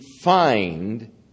find